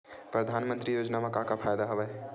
परधानमंतरी योजना म का फायदा?